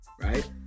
right